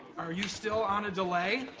are you still on a delay?